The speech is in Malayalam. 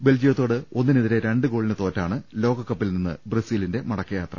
ബെൽജിയത്തോട് ഒന്നിനെതിരെ രണ്ട് ഗോളിന് തോറ്റാണ് ലോകകപ്പിൽനിന്ന് ബ്രസീലിന്റെ മടക്കയാത്ര